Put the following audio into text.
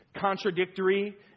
contradictory